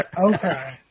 Okay